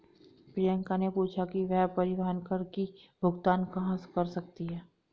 प्रियंका ने पूछा कि वह परिवहन कर की भुगतान कहाँ कर सकती है?